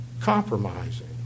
compromising